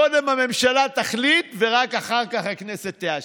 קודם הממשלה תחליט ורק אחר כך הכנסת תאשר.